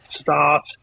start